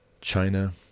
China